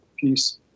peace